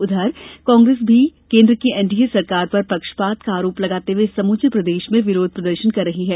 उधर कांग्रेस भी केन्द्र की एनडीए सरकार पर पक्षपात का आरोप लगाते हुए समूचे प्रदेश में विरोध प्रदर्शन कर रही है